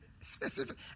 specific